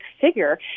figure